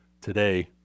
today